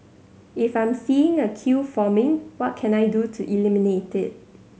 if I'm seeing a queue forming what can I do to eliminate it